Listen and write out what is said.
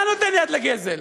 אתה נותן יד לגזל.